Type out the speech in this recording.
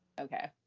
Okay